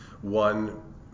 one